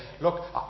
look